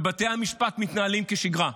ובתי המשפט מתנהלים כשגרה.